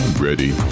ready